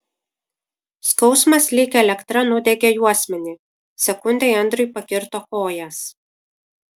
skausmas lyg elektra nudiegė juosmenį sekundei audriui pakirto kojas